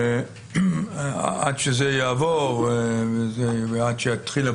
עד שזה יעבור ועד שתתחיל הפעולה,